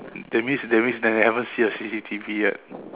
that means that means they haven't see the C_C_T_V yet